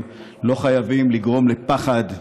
לא חייבים לגרום לפחד,